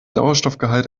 sauerstoffgehalt